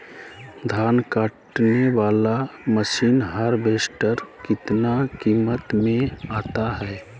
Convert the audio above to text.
धान कटने बाला मसीन हार्बेस्टार कितना किमत में आता है?